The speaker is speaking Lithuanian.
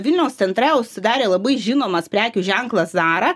vilniaus centre užsidarė labai žinomas prekių ženklas zara